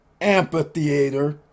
Amphitheater